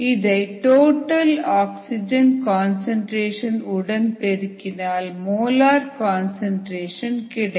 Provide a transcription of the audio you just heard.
இதை total oxygen concentration உடன் பெருக்கினால் மோலார் கன்சன்ட்ரேஷன் கிடைக்கும்